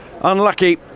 Unlucky